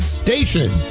station